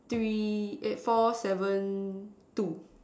three eh four seven two